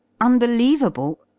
unbelievable